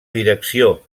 direcció